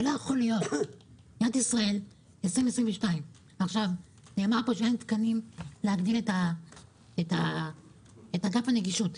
זה לא יכול להיות במדינת ישראל בשנת 2022. נאמר פה שאין תקנים להגדיל את אגף הנגישות.